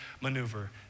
maneuver